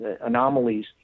anomalies